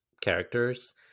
characters